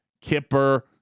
Kipper